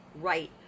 right